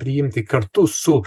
priimti kartu su